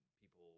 people